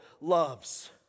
loves